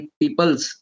people's